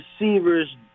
receivers